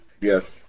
Yes